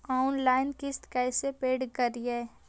Online किस्त कैसे paid करि?